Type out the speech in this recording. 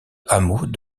hameau